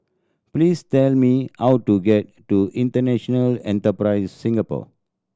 please tell me how to get to International Enterprise Singapore